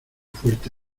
fuerte